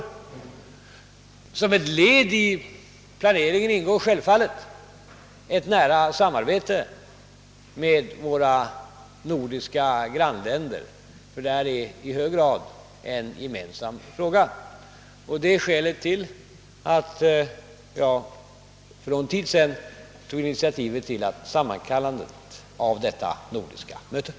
Såsom ett led i planeringen ingår självfallet ett nära samarbete med våra nordiska grannländer, eftersom detta i hög grad är en gemensam nordisk fråga. Det är också skälet till att jag för någon tid sedan tog initiativet till ett sammankallande av det aktuella nordiska mötet.